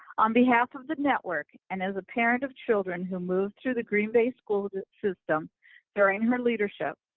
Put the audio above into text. on behalf of the network and as a parent of children who moved to the green bay school system during her leadership,